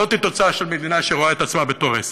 זאת היא תוצאה של מדינה שרואה את עצמה בתור עסק,